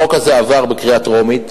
החוק הזה עבר בקריאה טרומית.